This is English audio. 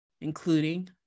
including